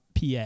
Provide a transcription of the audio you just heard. PA